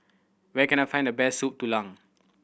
where can I find the best Soup Tulang